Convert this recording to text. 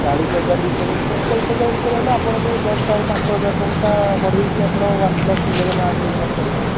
ଚାଳିଶହଜାର ଭିତରେ ପଇଁଚାଳିଶି ହଜାର ଭିତରେ ହେଲେ ଆପଣଙ୍କୁ ଜଷ୍ଟ ଆଉ ପାଞ୍ଚହଜାର ଟଙ୍କା ବଢ଼େଇକି ଆପଣ ୱାନପ୍ଲସ୍ ଇଲେଭେନ୍ ଆର୍ ନେଇ ଯାଆନ୍ତୁ ବଢ଼ିଆ ହେବ